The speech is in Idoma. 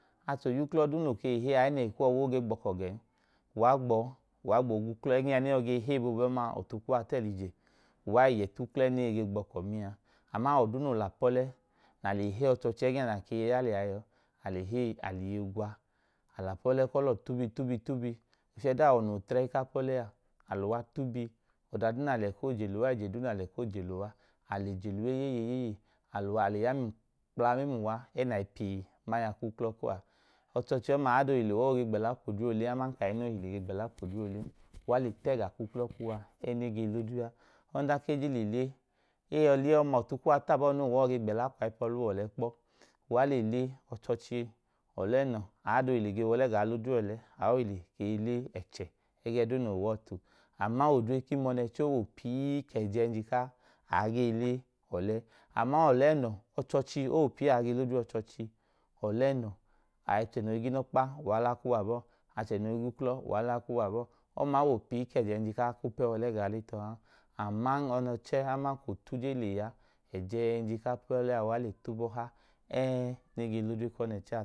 Acho y’uklo duu noi ẹnẹhi kuwa ege gbọọkọ gẹn, uwa gbọọ uwa gbo o g’uklo egẹnya ne yọ ge hei boobu ọma ọtu kuwa t’ẹlije, uwaiye t’uklo ẹnege gbọọko mẹa aman awọ duu no lapọlẹ nale hei ọchọọchi ẹgẹ na kei ya lẹya yọọ, ale hei aliye gwa, al’apọle kọ luọ tubi tubi tubi ofieduu awọ no w’otrei kapole a aluwa tubi ọdaduu nalẹ koo jehuwa ije duu nale koo je luwa, ale jeluwa eyeyeeyeye alu ale yau kpla mẹmuwa ẹnai piyei maa ya ẹkuklo kuwo̱a. Ọchọọchi ọma aada ohile uwaege gbẹla kwodre ole aman k’ohile ge gbela kw’odre ole aman k’ohile ge gbẹla kw’odre olen, uwale tẹẹga k’uklo kuwa ẹ nege l’odre a. Ọnda keje le le eyo le oma ọtu kuwa taabọọ noo uwa yọ gbẹla kwai pọluwa ọlẹ kpọ uwa le le ọchọọchi ọlẹnọ aada ohile ge w’ọlẹ gaa l’odre ọlẹ aohile kei le ẹchẹ ẹgẹduu no hua ọtu aman odre k’imọnẹchẹ owo pii kẹ jẹnji ka aage le ọlẹ, aman ọlẹnọ ochoochi oo pii aage l’odre ọchọọchi ọlẹnọ ache noi ginọkpa uwa lẹkuwa abọọ, achẹ noi g’uklo uwa lekuwa aboo ọma wo pii kejenj aa koo pew’ole gaa le tohan aman ọnẹchẹ aman ọnẹchẹ aman k’otu jen leya ẹjenj kapọlẹ a uwa le tubọha ẹẹ nege l’odre kọnẹchẹ.